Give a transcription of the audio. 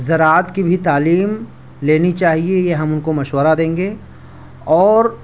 زراعت کی بھی تعلیم لینی چاپیے یہ ہم ان کو مشورہ دیں گے اور